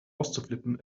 auszuflippen